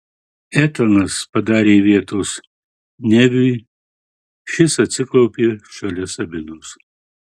etanas padarė vietos neviui šis atsiklaupė šalia sabinos